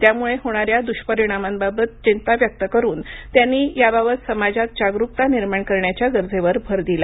त्यामुळे होणाऱ्या दृष्परिणामांबद्दल चिंता व्यक्त करून त्यांनी याबाबत समाजात जागरुकता निर्माण करण्याच्या गरजेवर भर दिला